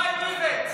הוא שואל מה עם איווט.